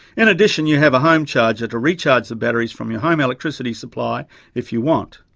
in addition you have a home charger to recharge the batteries from your home electricity supply if you want.